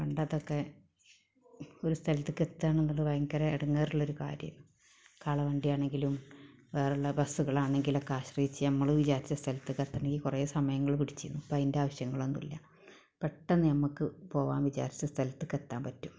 പണ്ടതൊക്കെ ഒരു സ്ഥലത്തേയ്ക്ക് എത്തുക എന്നുള്ളത് ഭയങ്കര ഇടങ്ങേറുള്ള ഒരു കാര്യമായിരുന്നു കാര്യമന്നു കാളവണ്ടിയാണെങ്കിലും വേറെ ഉള്ള ബസ്സുകള് ആണെങ്കിലും ഒക്കെ ആശ്രയിച്ച് നമ്മൾ വിചാരിച്ച സ്ഥലത്തേയ്ക്ക് എത്തണമെങ്കില് കുറെ സമയങ്ങള് പിടിച്ചിരുന്നു ഇപ്പോൾ അതിൻ്റെ ആവശ്യങ്ങളൊന്നുമില്ല പെട്ടന്ന് നമുക്ക് പോകാൻ വിചാരിച്ച സ്ഥലത്തേയ്ക്ക് എത്താൻ പറ്റും